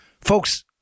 Folks